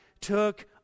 took